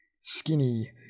skinny